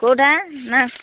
କେଉଁଟା ନା